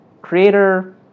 creator